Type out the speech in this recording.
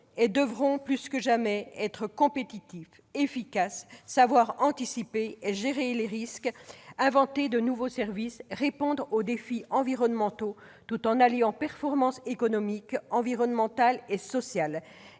et devront plus que jamais être compétitifs, efficaces, savoir anticiper et gérer les risques, inventer de nouveaux services, répondre aux défis environnementaux, tout en alliant performance économique, environnementale et sociale,